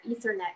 Ethernet